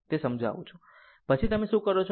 તે સમજાવું પછી તમે શું કરો છો